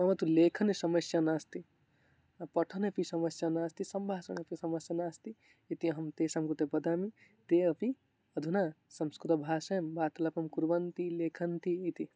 भवतु लेखनसमस्या नास्ति पठने अपि समस्या नास्ति सम्भाषणमपि समस्या नास्ति इति अहं तेषां कृते वादामि ते अपि अधुना संस्कृतभाषायां वार्तालापं कुर्वन्ति लिखन्ति इति